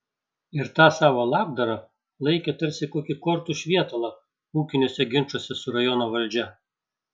ir tą savo labdarą laikė tarsi kokį kortų švietalą ūkiniuose ginčuose su rajono valdžia